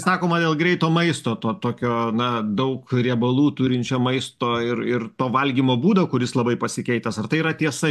sakoma dėl greito maisto to tokio na daug riebalų turinčio maisto ir ir to valgymo būdo kuris labai pasikeitęs ar tai yra tiesa